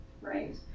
right